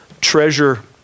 treasure